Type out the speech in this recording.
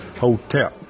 Hotel